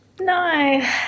no